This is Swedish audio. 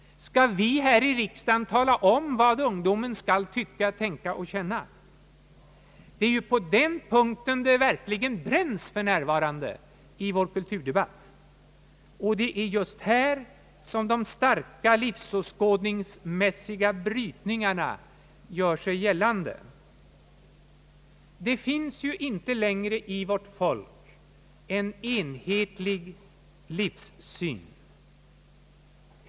Skall vi här i riksdagen tala om vad ungdomen skall tycka, tänka och känna? Det är ju på den punkten det verkligen bränns för närvarande i vår kulturdebatt. Det är just här som de starka livsåskådningsmässiga brytningarna gör sig gällande. Det finns inte längre en enheilig livssyn hos vårt folk.